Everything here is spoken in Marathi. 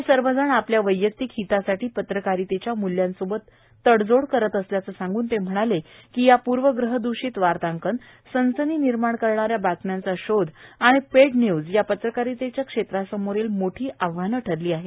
हे सर्व जण आपल्या वैयक्तिक हितांसाठी पत्रकारितेच्या मुल्यांसोबत तडजोड करत असल्याचं सांगून ते म्हणाले कि पूर्व ग्रह दुषित वार्तांकन सनसनी निर्माण करणाऱ्या बातम्यांचा शोध आणि पेड न्यूज ह्या पत्रकारितेच्या क्षेत्रासमोरील मोठी आव्हानं ठरली आहेत